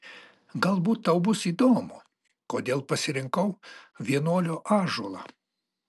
galbūt tau bus įdomu kodėl pasirinkau vienuolio ąžuolą